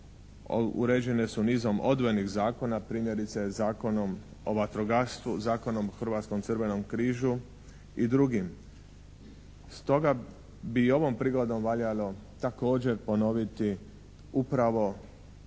uređene su nizom odvojenih zakon, primjerice Zakonom o vatrogastvu, Zakonom o Hrvatskom crvenom križu i drugim. Stoga bi ovom prigodom valjalo također ponoviti upravo